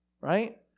right